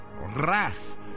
wrath